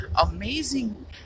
amazing